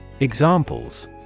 Examples